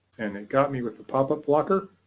and it got me with the pop-up blocker.